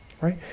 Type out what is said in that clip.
right